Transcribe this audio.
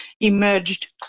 emerged